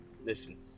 Listen